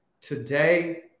today